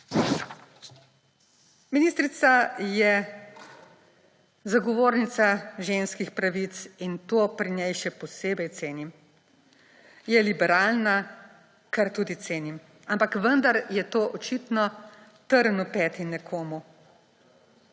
Ministrica je zagovornica ženskih pravic in to pri njej še posebej cenim. Je liberalna, kar tudi cenim. Ampak vendar je to očitno trn v peti nekomu,